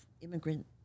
immigrant